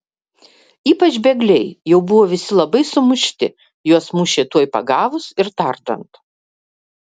ypač bėgliai jau buvo visi labai sumušti juos mušė tuoj pagavus ir tardant